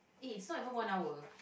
eh it's not even one hour